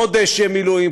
חודש מילואים,